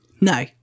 No